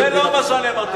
זה לא מה שאני אמרתי.